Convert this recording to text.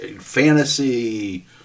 fantasy